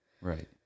right